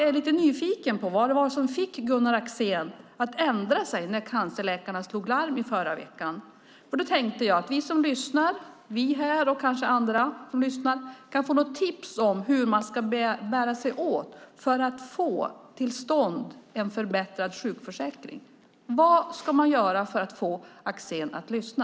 Jag är lite nyfiken på vad det var som fick Gunnar Axén att ändra sig när cancerläkarna slog larm i förra veckan. Då tänkte jag att vi som lyssnar, vi här och kanske andra som lyssnar, kanske kan få något tips om hur man ska bära sig åt för att få till stånd en förbättrad sjukförsäkring. Vad ska man göra för att få Axén att lyssna?